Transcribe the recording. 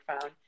phone